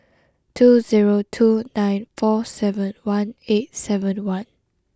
two zero two nine four seven one eight seven one